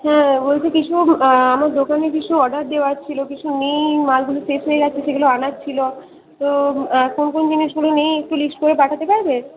হ্যাঁ বলছি কিছু আমার দোকানে কিছু অর্ডার দেওয়ার ছিলো কিছু নেই মালগুলো শেষ হয়ে গেছে সেগুলো আনার ছিলো তো কোন কোন জিনিসগুলো নেই একটু লিস্ট করে পাঠাতে পারবে